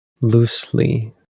loosely